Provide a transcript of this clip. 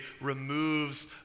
removes